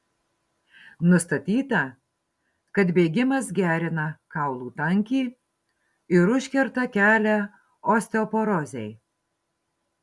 nustatyta kad bėgimas gerina kaulų tankį ir užkerta kelią osteoporozei